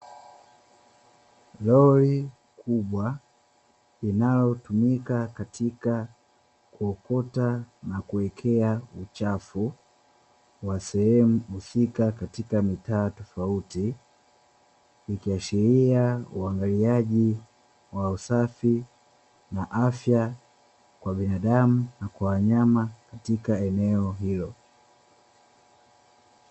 Lori kubwa linalotumika katika kuokota na kuwekea uchafu wa sehemu husika katika mitaa tofauti, ikiashiria uangaliaji wa usafi na afya kwa binadamu na kwa wanyama katika eneo hilo.